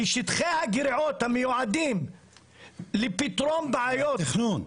משטחי הגריעות המיועדים לפתרון בעיות --- לתכנון.